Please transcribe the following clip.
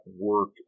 work